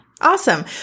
Awesome